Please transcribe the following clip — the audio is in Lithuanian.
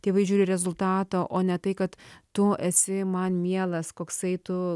tėvai žiūri rezultatą o ne tai kad tu esi man mielas koksai tu